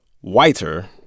whiter